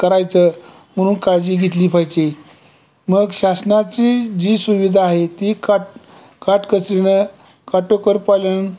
करायचं म्हणून काळजी घेतली पाहिजे मग शासनाची जी सुविधा आहे ती काट काटकसरीनं काटेकोर पालन